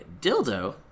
dildo